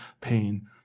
pain